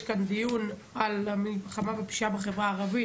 כאן דיון על המלחמה בפשיעה בחברה הערבית,